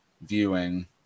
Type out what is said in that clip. viewing